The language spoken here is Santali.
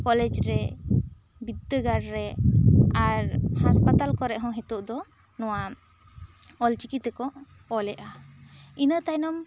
ᱠᱚᱞᱮᱡᱽ ᱨᱮ ᱵᱤᱫᱽᱫᱟᱹᱜᱟᱲ ᱨᱮ ᱟᱨ ᱦᱟᱥᱯᱟᱛᱟᱞ ᱠᱚᱨᱮ ᱦᱚᱸ ᱱᱤᱛᱚᱜ ᱫᱚ ᱱᱚᱣᱟ ᱚᱞ ᱪᱤᱠᱤ ᱛᱮ ᱠᱚ ᱚᱞᱮᱜᱼᱟ ᱤᱱᱟᱹ ᱛᱟᱭᱱᱚᱢ